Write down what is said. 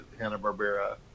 Hanna-Barbera